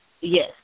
yes